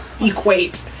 equate